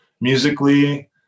musically